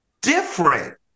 different